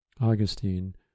Augustine